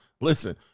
listen